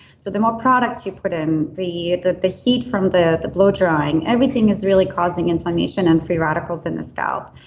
so the more products you put in, the the heat from the the blow drying, everything is really causing inflammation and free radicals in the scalp.